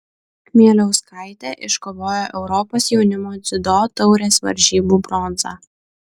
kmieliauskaitė iškovojo europos jaunimo dziudo taurės varžybų bronzą